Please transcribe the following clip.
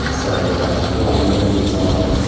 it's a ah flying wing design.